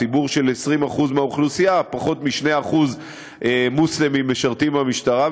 ציבור של 20% מהאוכלוסייה ופחות מ-2% מוסלמים משרתים במשטרה.